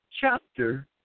chapter